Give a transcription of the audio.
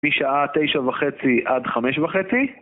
משעה תשע וחצי עד חמש וחצי